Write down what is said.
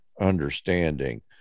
understanding